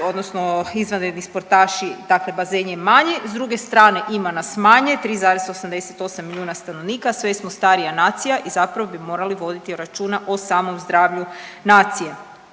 odnosno izvanredni sportaši dakle bazen je manji, s druge strane ima nas manje 3,88 milijuna stanovnika, sve smo starija nacija i zapravo bi morali voditi računa o samom zdravlju nacije.